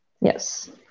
Yes